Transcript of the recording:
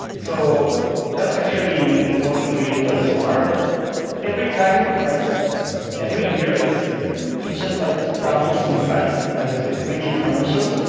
so that's actually working really well so far, but every time, like every year, it's just like doubles in size. like so it's really exponential.